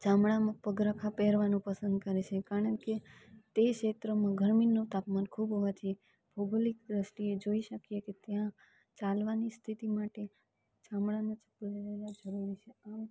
ચામડામાં પગરખાં પહેરવાનું પસંદ કરે છે કારણ કે તે ક્ષેત્રમાં ગરમીનું તાપમાન ખૂબ હોવાથી ભૌગોલિક દૃષ્ટિએ જોઈ શકીએ કે ત્યાં ચાલવાની સ્થિતિ માટે ચામડાનાં ચંપલ પહેરવા જરૂરી છે આમ